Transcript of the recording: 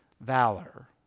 valor